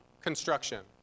construction